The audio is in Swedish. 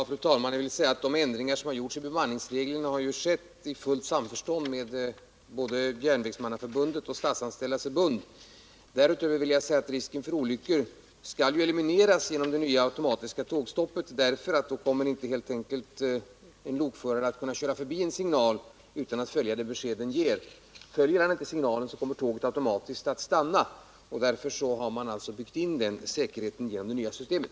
Fru talman! De förändringar av bemanningsreglerna som företagits har skett i fullt samförstånd med både Järnvägsmannaförbundet och Statsanställdas förbund. Därutöver vill jag säga att risken för olyckor skall elimineras genom det nya automatiska tågstoppet. När det införts kommer en lokförare helt enkelt inte att kunna köra förbi en signal utan att följa det besked den ger. Följer han inte signalen kommer tåget automatiskt att stanna. Den säkerheten finns alltså inbyggd i det nya systemet.